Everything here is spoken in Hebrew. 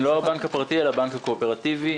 לא הבנק הפרטי אלא הבנק הקואופרטיבי.